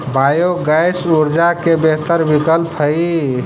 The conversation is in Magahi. बायोगैस ऊर्जा के बेहतर विकल्प हई